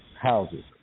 houses